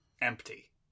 empty